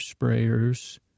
sprayers